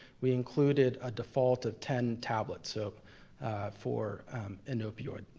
we included a default of ten tablets so for an opioid.